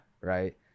Right